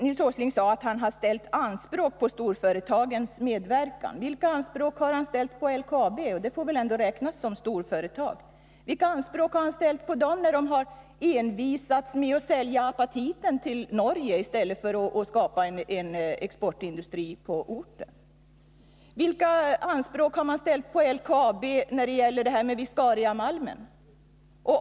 Nils Åsling sade att han ställt anspråk på storföretagens medverkan. Vilka anspråk har Nils Åsling ställt på LKAB? LKAB får väl ändå räknas till storföretag. Vilka anspråk har Nils Åsling ställt på LKAB, när företaget har envisats med att sälja apatiten till Norge i stället för att skapa en exportindustri på orten? Vilka anspråk har man ställt på LKAB när det gäller detta med viscariamalmen?